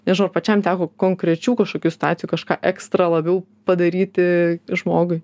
nežinau ar pačiam teko konkrečių kažkokių situacijų kažką ekstra labiau padaryti žmogui